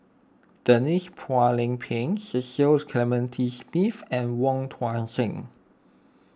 Denise Phua Lay Peng Cecil Clementi Smith and Wong Tuang Seng